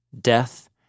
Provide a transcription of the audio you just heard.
death